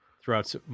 throughout